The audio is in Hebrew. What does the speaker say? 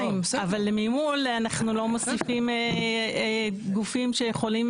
אבל ממול אנחנו לא מוסיפים גופים שיכולים